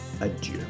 adieu